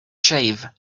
shave